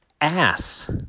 Ass